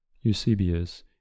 Eusebius